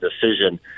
decision